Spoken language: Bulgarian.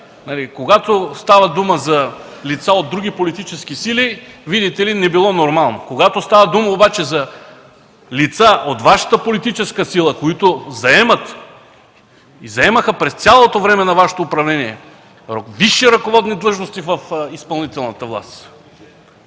Когато става дума за лица от други политически сили, видите ли, не било нормално. Когато става дума обаче за лица от Вашата политическа сила, които заемат и заемаха през цялото време на Вашето управление висши ръководни длъжности в изпълнителната власт